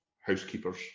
housekeepers